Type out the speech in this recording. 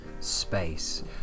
space